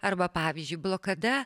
arba pavyzdžiui blokada